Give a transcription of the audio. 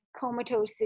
comatose